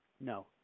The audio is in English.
no